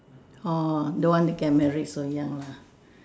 oh don't want to get married so young lah